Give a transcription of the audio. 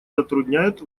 затрудняют